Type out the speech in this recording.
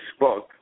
Facebook